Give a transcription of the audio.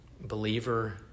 Believer